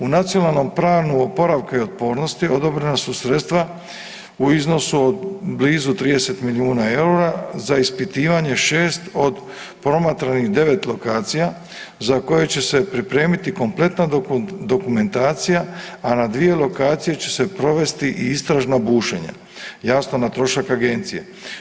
U Nacionalnom planu oporavka i otpornosti odobrena su sredstva u iznosu od blizu 30 milijuna EUR-a za ispitivanje 6 od promatranih 9 lokacija za koje će se pripremiti kompletna dokumentacija, a na dvije lokacije će se provesti i istražna bušenja, jasno na trošak agencije.